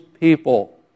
people